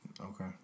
Okay